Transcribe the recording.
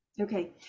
Okay